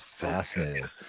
fascinating